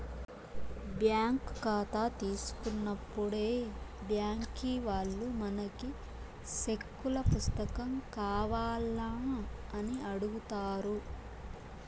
bank కాతా తీసుకున్నప్పుడే బ్యాంకీ వాల్లు మనకి సెక్కుల పుస్తకం కావాల్నా అని అడుగుతారు